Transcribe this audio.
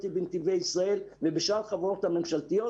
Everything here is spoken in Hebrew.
בנתיבי ישראל ובשאר החברות הממשלתיות.